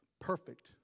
Perfect